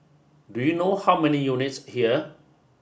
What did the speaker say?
do you know how many units here